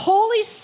Holy